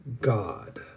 God